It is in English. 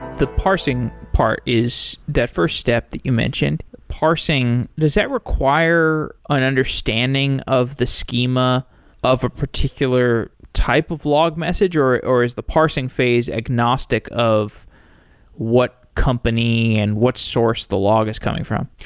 the parsing part is that first step that you mentioned. parsing, does that require an understanding of the schema of a particular type of log message, or or is the parsing phase agnostic of what company and what source the log is coming from?